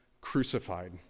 crucified